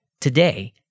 today